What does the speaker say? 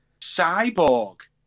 Cyborg